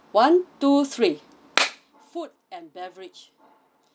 one two three food and beverage